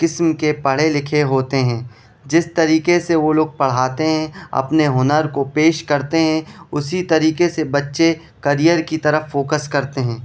قسم کے پڑھے لکھے ہوتے ہیں جس طریقے سے وہ لوگ پڑھاتے ہیں اپنے ہنر کو پیش کرتے ہیں اسی طریقے سے بچے کریر کی طرف فوکس کرتے ہیں